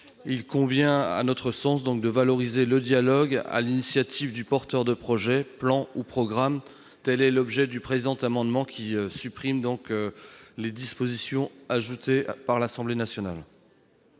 Il convient, à notre sens, de valoriser le dialogue, sur l'initiative du porteur de projet, plan ou programme. Tel est l'objet du présent amendement, qui vise à supprimer les dispositions ajoutées par l'Assemblée nationale.